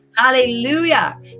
Hallelujah